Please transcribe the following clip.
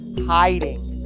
hiding